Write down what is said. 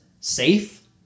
safe